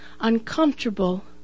uncomfortable